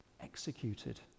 executed